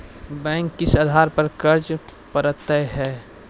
Bank किस आधार पर कर्ज पड़तैत हैं?